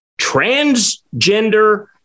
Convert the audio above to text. transgender